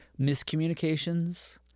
miscommunications